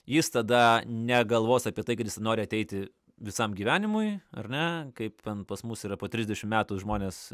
jis tada negalvos apie tai kad jisai nori ateiti visam gyvenimui ar ne kaip ten pas mus yra po trisdešim metų žmonės